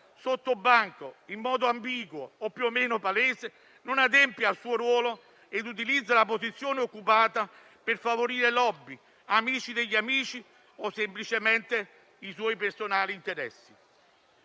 sotto banco, in modo ambiguo o più o meno palese, non adempie al suo ruolo ed utilizza la posizione occupata per favorire *lobby*, amici degli amici o semplicemente i suoi personali interessi.